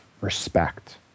respect